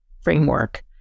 framework